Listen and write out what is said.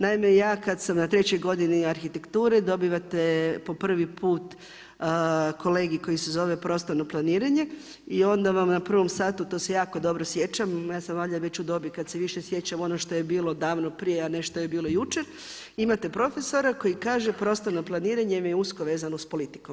Naime ja kada sam na 3.-oj godini arhitekture dobivate po prvi put kolegij koji se zove prostorno planiranje i onda vam na prvom satu, to se jako dobro sjećam, ja sam valjda već u dobi kada se više sjećam onog što je bilo davno prije a ne što je bilo jučer, imate profesora koji kaže, prostorno planiranje vam je usko vezano s politikom.